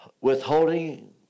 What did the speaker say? withholding